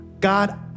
God